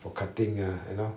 for cutting ah you know